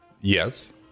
yes